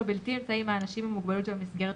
בלתי אמצעי עם האנשים עם המוגבלות שבמסגרת,